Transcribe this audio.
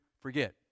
forget